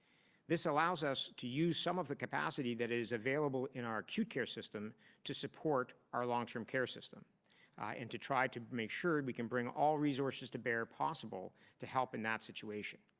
this allows us to use some of the capacity that is available in our acute care system to support our long-term care system and to try to make sure we can bring all resources to bear possible to help in that situation.